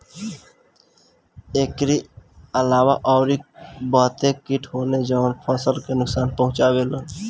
एकरी अलावा अउरी बहते किट होने जवन फसल के नुकसान पहुंचावे लन